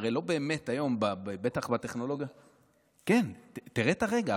הרי בטח בטכנולוגיה היום, כן, תראה את הרגע.